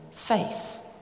Faith